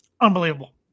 unbelievable